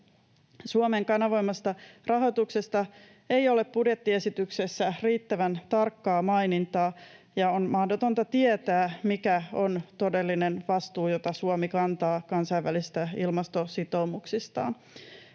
Suomen kanavoimasta rahoituksesta ei ole budjettiesityksessä riittävän tarkkaa mainintaa, ja on mahdotonta tietää, mikä on todellinen vastuu, jota Suomi kantaa kansainvälisistä ilmastositoumuksistaan.